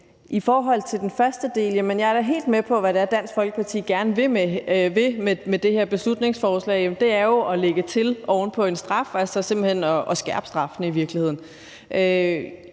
I forhold til den første del, så er jeg da helt med på, hvad det er, Dansk Folkeparti gerne vil med det her beslutningsforslag, og det er jo at lægge til oven på en straf og altså i virkeligheden